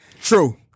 True